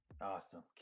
Awesome